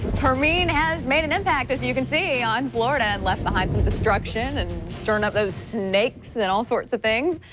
hermine has made an impact as you can see on florida and left behind destruction and so churning up so snakes and all sorts of things.